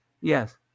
Yes